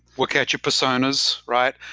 look at your personas, right?